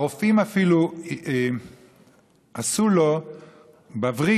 שהרופאים אפילו עשו לו בווריד,